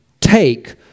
take